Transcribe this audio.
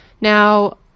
Now